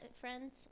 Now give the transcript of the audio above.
friends